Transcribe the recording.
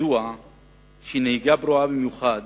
ידוע שנהיגה פרועה במיוחד,